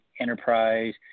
enterprise